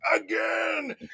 Again